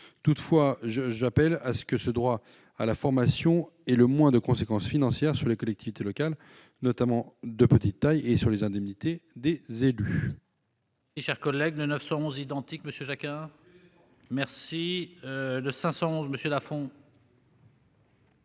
Toutefois, j'insiste pour que ce droit à la formation ait le moins de conséquences financières sur les collectivités locales, notamment de petite taille, et sur les indemnités des élus.